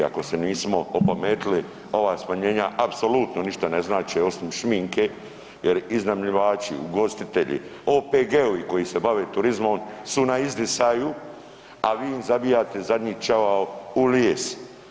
Ako se nismo opametili ova smanjenja apsolutno ništa ne znače osim šminke jer iznajmljivači, ugostitelji, OPG-ovi koji se bave turizmom su na izdisaju, a vi im zabijate zadnji čavao u lijes.